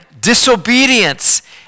disobedience